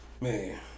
Man